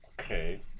Okay